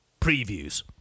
previews